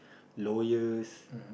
lawyers